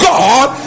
God